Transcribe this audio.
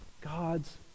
God's